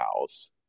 house